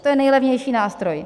To je nejlevnější nástroj.